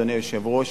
אדוני היושב-ראש,